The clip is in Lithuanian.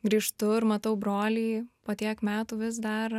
grįžtu ir matau brolį po tiek metų vis dar